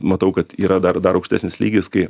matau kad yra dar dar aukštesnis lygis kai